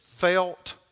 Felt